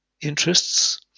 interests